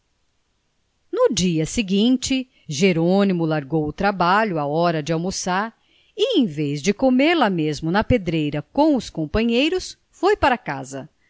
no dia seguinte jerônimo largou o trabalho à hora de almoçar e em vez de comer lá mesmo na pedreira com os companheiros foi para casa